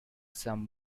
some